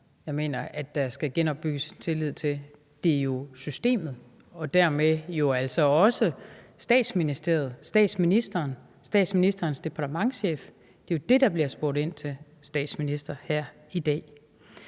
jeg mener der skal genoprettes tillid til; det er jo systemet og dermed altså også Statsministeriet, statsministeren og statsministerens departementschef. Det er det, der bliver spurgt ind til, statsminister, her i dag.